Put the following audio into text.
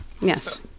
Yes